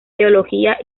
teología